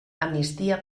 amnistia